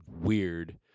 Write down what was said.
weird